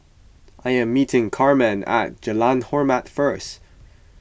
I am meeting Carmen at Jalan Hormat first